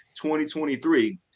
2023